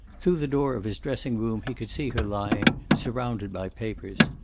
through the door of his dressing-room he could see her lying, surrounded by papers.